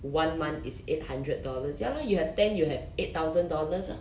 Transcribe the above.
one month is eight hundred dollars ya lor you have ten you have eight thousand dollars lah